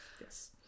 Yes